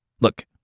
Look